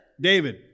David